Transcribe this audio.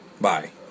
Bye